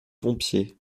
pompiers